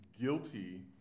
guilty